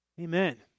Amen